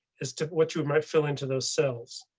is to what you might fill into those cells.